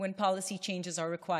לכל העולים והעולות: